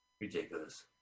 Ridiculous